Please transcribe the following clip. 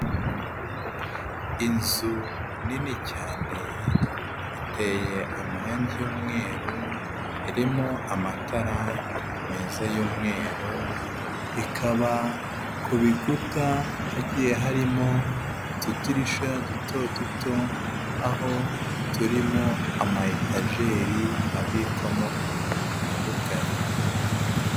Inzu nini cyane iteye amarangi y'umweru, irimo amatara meza y'umweru, ikaba ku bikuta hagiye harimo utudirisha duto duto aho turimo ama etajeri abikwamo ibintu bitandukanye.